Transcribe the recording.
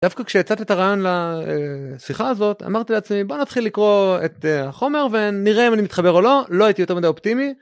דווקא כשיצאתי את הרעיון לשיחה הזאת אמרתי לעצמי בוא נתחיל לקרוא את החומר ונראה אם אני מתחבר או לא לא הייתי יותר מדי אופטימי.